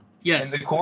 Yes